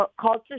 culture